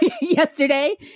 yesterday